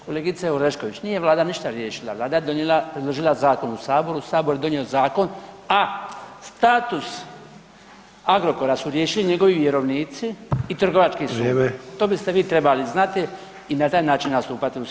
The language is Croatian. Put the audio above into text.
Kolegice Orešković nije Vlada ništa riješila, Vlada je predložila zakon u Saboru, Sabor je donio zakon, a status Agrokora su riješili njegovi vjerovnici i Trgovački sud [[Upadica Sanader: Vrijeme.]] to biste vi trebali znati i na taj način nastupati u Saboru.